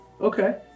Okay